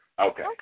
Okay